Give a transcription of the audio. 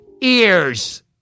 ears